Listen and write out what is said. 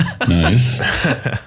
nice